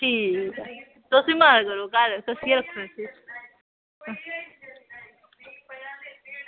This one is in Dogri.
ठीक ऐ तुस बी मार करो घर कस्सियै रक्खो इसी